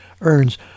earns